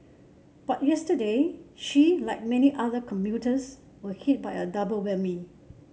but yesterday she like many other commuters were hit by a double whammy